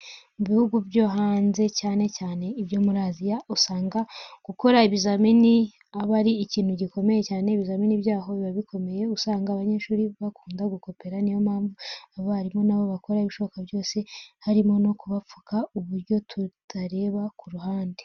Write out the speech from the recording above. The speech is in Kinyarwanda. Mu bihugu byo hanze cyane cyane ibyo muri Aziya usanga gukora ibizamini aba ari ikintu gikomeye cyane, ibizamini byaho kuko biba bikomeye, usanga abanyeshuri bakunda gukopera cyane, niyo mpamvu abarimu nabo bakora ibishoboka byose harimo no kubapfuka kuburyo atareba ku ruhande.